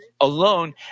alone